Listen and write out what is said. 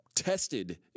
tested